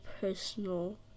personal